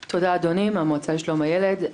תודה, אדוני, מהמועצה לשלום הילד.